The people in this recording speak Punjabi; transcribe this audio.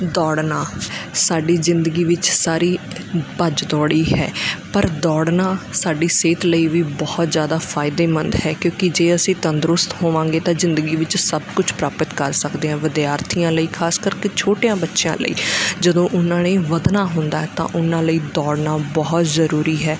ਦੌੜਨਾ ਸਾਡੀ ਜ਼ਿੰਦਗੀ ਵਿੱਚ ਸਾਰੀ ਭੱਜ ਦੌੜ ਹੀ ਹੈ ਪਰ ਦੌੜਨਾ ਸਾਡੀ ਸਿਹਤ ਲਈ ਵੀ ਬਹੁਤ ਜਿਆਦਾ ਫ਼ਾਇਦੇਮੰਦ ਹੈ ਕਿਉਂਕਿ ਜੇ ਅਸੀਂ ਤੰਦਰੁਸਤ ਹੋਵਾਂਗੇ ਤਾਂ ਜ਼ਿੰਦਗੀ ਵਿੱਚ ਸਭ ਕੁਝ ਪ੍ਰਾਪਤ ਕਰ ਸਕਦੇ ਹਾਂ ਵਿਦਿਆਰਥੀਆਂ ਲਈ ਖ਼ਾਸ ਕਰਕੇ ਛੋਟਿਆਂ ਬੱਚਿਆਂ ਲਈ ਜਦੋਂ ਉਹਨਾਂ ਨੇ ਵੱਧਨਾ ਹੁੰਦਾ ਤਾਂ ਉਹਨਾਂ ਲਈ ਦੌੜਨਾ ਬਹੁਤ ਜ਼ਰੂਰੀ ਹੈ